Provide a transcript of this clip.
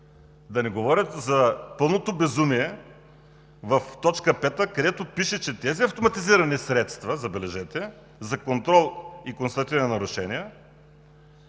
Да не говоря за пълното безумие в т. 5, където пише, че тези автоматизирани средства, забележете, за контрол и констатиране на нарушения